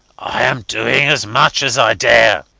i am doing as much as i dare.